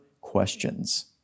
questions